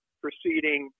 proceeding